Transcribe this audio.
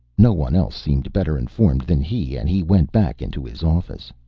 no one else seemed better informed than he, and he went back into his office.